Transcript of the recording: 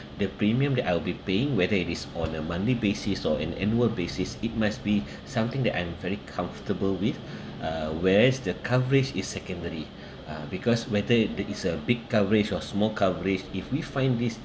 the premium that I'll be paying whether it is on a monthly basis or an annual basis it must be something that I'm very comfortable with uh whereas the coverage is secondary uh because whether it it is a big coverage or small coverage if we find this